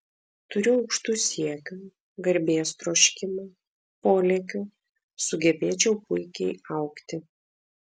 turiu aukštų siekių garbės troškimą polėkių sugebėčiau puikiai augti